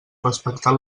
respectar